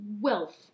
wealth